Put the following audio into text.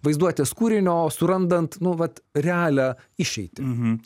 vaizduotės kūrinio surandant nu vat realią išeitį